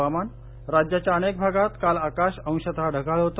हवामान राज्याच्या अनेक भागात काल आकाश अंशत ढगाळ होत